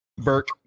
Burke